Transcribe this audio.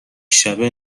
شبه